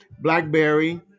Blackberry